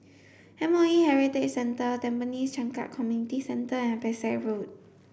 M O E Heritage Centre Tampines Changkat Community Centre and Pesek Road